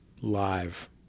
live